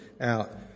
out